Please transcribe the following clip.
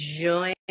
join